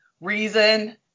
reason